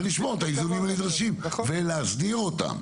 ולשמור על האיזונים הנדרשים, ולהסדיר אותם.